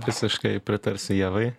visiškai pritarsiu ievai